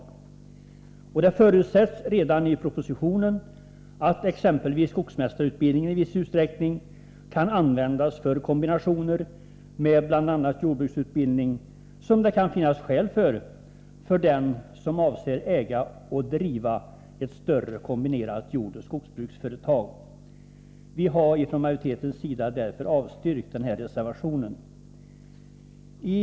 Det förutsätts redan i propositionen att exempelvis skogsmästarutbildningen i viss utsträckning kan användas för kombinationer med bl.a. jordbruksutbildning — som det kan finnas skäl för — för den som avser äga och driva ett större kombinerat jordoch skogsbruksföretag. Vi har från majoritetens sida därför avstyrkt reservation nr 2.